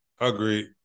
Agreed